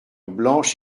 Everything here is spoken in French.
blanche